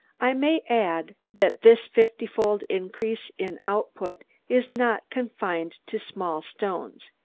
i may add that this fiftyfold increase in output is not confined to small stones,